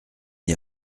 n’y